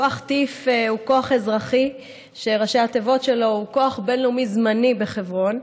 כוח טי"פ הוא כוח אזרחי שראשי התיבות שלו הם כוח בין-לאומי זמני בחברון.